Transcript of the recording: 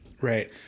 Right